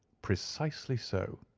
precisely so,